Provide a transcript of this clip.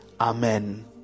Amen